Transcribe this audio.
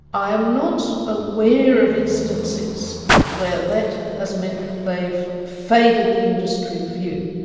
i am not aware of instances where that has meant they've favoured the industry view.